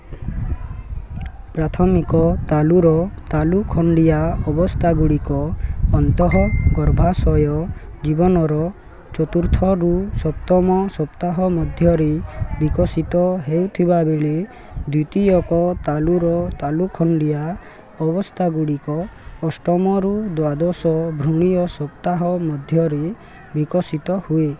ପ୍ରାଥମିକ ତାଲୁର ତାଲୁଖଣ୍ଡିଆ ଅବସ୍ଥା ଗୁଡ଼ିକ ଅନ୍ତଃଗର୍ଭାଶୟ ଜୀବନର ଚତୁର୍ଥରୁ ସପ୍ତମ ସପ୍ତାହ ମଧ୍ୟରେ ବିକଶିତ ହେଉଥିବାବେଳେ ଦ୍ଵିତୀୟକ ତାଲୁର ତାଲୁଖଣ୍ଡିଆ ଅବସ୍ଥା ଗୁଡ଼ିକ ଅଷ୍ଟମରୁ ଦ୍ୱାଦଶ ଭ୍ରୂଣୀୟ ସପ୍ତାହ ମଧ୍ୟରେ ବିକଶିତ ହୁଏ